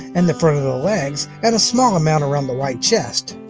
and the front of the legs, and a small amount around the white chest.